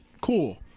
Cool